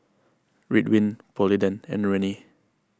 Ridwind Polident and Rene